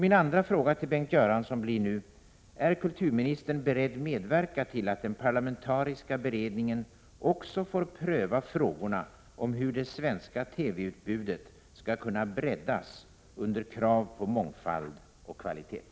Min andra fråga till Bengt Göransson blir nu: Är kulturministern beredd att medverka till att den parlamentariska beredningen också får pröva frågorna om hur det svenska TV-utbudet skall kunna breddas under krav på mångfald och kvalitet?